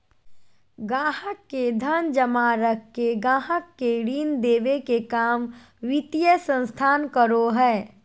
गाहक़ के धन जमा रख के गाहक़ के ऋण देबे के काम वित्तीय संस्थान करो हय